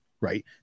right